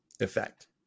effect